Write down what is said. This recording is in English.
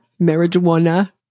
Marijuana